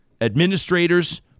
administrators